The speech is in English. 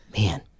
Man